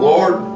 Lord